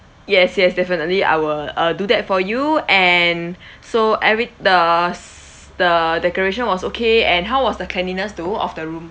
yes yes definitely I will uh do that for you and so every does the decoration was okay and how was the cleanliness though of the room